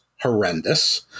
horrendous